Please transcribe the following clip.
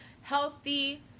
healthy